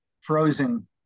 frozen